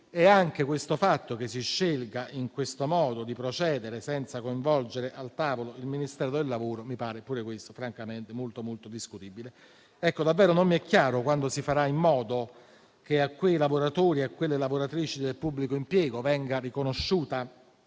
Anche il fatto che si scelga di procedere in questo modo, senza coinvolgere al tavolo il Ministero del lavoro, mi pare francamente molto, molto discutibile. Davvero non mi è chiaro quando si farà in modo che a quei lavoratori e a quelle lavoratrici del pubblico impiego venga riconosciuta